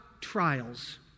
trials